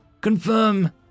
Confirm